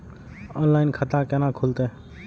Online खाता केना खुलते?